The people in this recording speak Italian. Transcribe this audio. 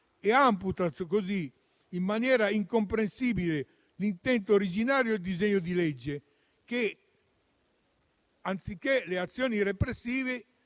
amputando così in maniera incomprensibile l'intento originario del disegno di legge basato non sulle azioni repressive,